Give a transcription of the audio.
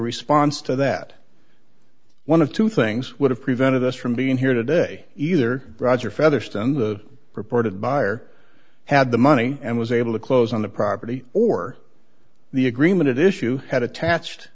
response to that one of two things would have prevented us from being here today either roger featherston the purported buyer had the money and was able to close on the property or the agreement issue had attached